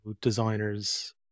designers